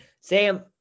Sam